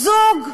זוג צעיר,